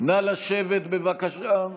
נא לשבת בבקשה.